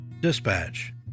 dispatch